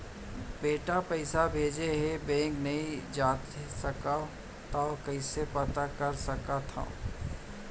बेटा पइसा भेजे हे, बैंक नई जाथे सकंव त कइसे पता कर सकथव?